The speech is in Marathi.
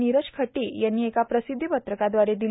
नीरज खटी यांनी एका प्रसिद्धी पत्रकाद्वारे दिली